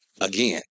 Again